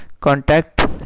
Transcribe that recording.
contact